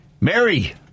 Mary